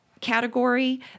Category